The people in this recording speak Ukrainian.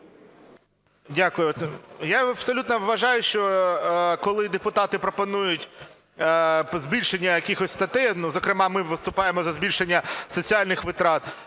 Дякую. Я абсолютно вважаю, що коли депутати пропонують збільшення якихось статей, зокрема ми виступаємо за збільшення соціальних витрат,